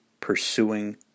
pursuing